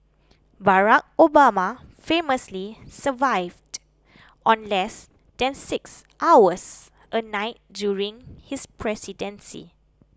Barack Obama famously survived on less than six hours a night during his presidency